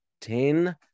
Ten